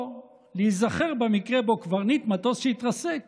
או להיזכר במקרה שבו קברניט מטוס שהתרסק